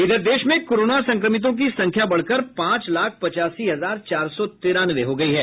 इधर देश में कोरोना संक्रमितों की संख्या बढ़कर पांच लाख पचासी हजार चार सौ तिरानवे हो गई है